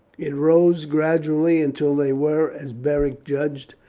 it rose gradually until they were, as beric judged,